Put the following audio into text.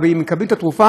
אבל אם מקבלים את התרופה